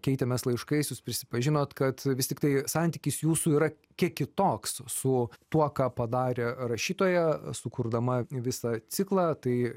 keitėmės laiškais jūs prisipažinot kad vis tiktai santykis jūsų yra kiek kitoks su tuo ką padarė rašytoja sukurdama visą ciklą tai